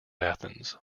athens